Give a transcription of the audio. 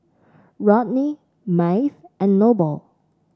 Rodney Maeve and Noble